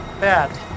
Bad